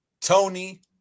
tony